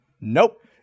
Nope